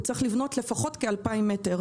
הוא צריך לבנות לפחות כ-2,000 מדבר.